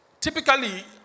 typically